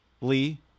Lee